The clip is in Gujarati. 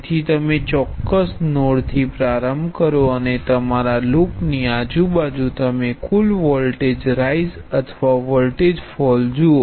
તેથી તમે ચોક્કસ નોડથી પ્રારંભ કરો અને તમારા લૂપની આજુ બાજુ તમે કુલ વોલ્ટેજ રાઇઝ અથવા વોલ્ટેજ ફોલ જુઓ